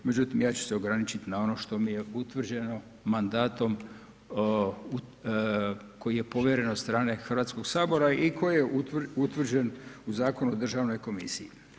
Međutim ja ću se ograničit na ono što mi je utvrđeno mandatom koji je povjeren od strane Hrvatskog sabora i koji je utvrđen u Zakonu o državnoj komisiji.